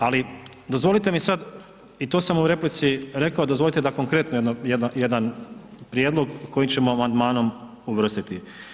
Ali dozvolite mi sad i to sam u replici rekao, dozvolite da konkretan jedan prijedlog koji ćemo amandmanom uvrstiti.